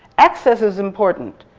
access is important.